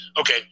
Okay